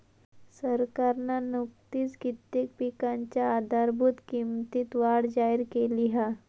सरकारना नुकतीच कित्येक पिकांच्या आधारभूत किंमतीत वाढ जाहिर केली हा